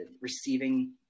receiving